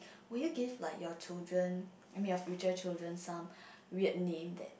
will you give like your children I mean your future children some weird name that